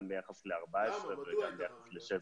גם ביחס ל-14' וגם ביחס ל-16'.